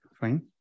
fine